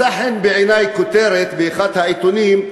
מצאה חן בעיני כותרת באחד העיתונים,